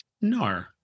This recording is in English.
No